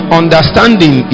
understanding